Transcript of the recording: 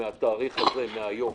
מהתאריך הזה, מהיום.